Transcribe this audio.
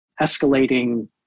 escalating